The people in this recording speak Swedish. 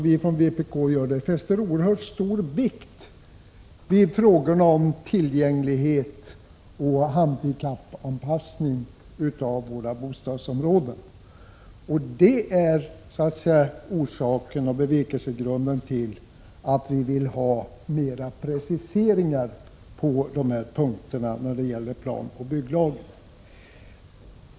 Vi från vpk fäster oerhört stor vikt vid frågorna om tillgänglighet och handikappanpassning av våra bostadsområden. Det är bevekelsegrunden för oss när vi vill ha mer preciseringar på dessa punkter när det gäller planoch bygglagen.